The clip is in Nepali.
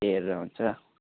त्यो हेरेर हुन्छ